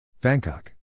Bangkok